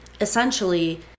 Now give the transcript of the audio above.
essentially